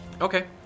Okay